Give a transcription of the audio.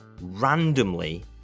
randomly